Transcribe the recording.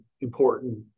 important